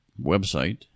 website